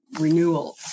renewal